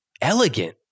Elegant